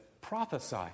Prophesy